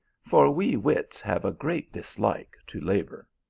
for we wits have a great dislike to labour.